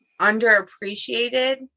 underappreciated